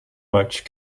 much